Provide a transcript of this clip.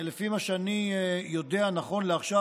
לפי מה שאני יודע נכון לעכשיו,